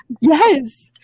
Yes